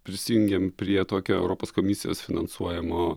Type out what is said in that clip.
prisijungėm prie tokio europos komisijos finansuojamo